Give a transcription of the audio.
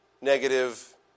negative